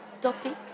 topic